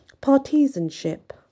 partisanship